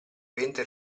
ventre